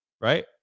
right